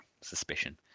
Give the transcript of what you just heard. suspicion